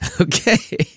Okay